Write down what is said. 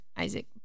Isaac